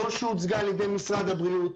לא שהוצגה על ידי משרד הבריאות,